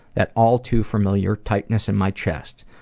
that all-too-familiar tightness in my chest,